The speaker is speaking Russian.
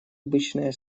обычная